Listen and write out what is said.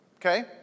Okay